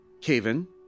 Caven